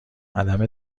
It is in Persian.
عدم